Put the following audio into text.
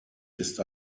ist